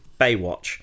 Baywatch